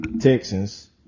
Texans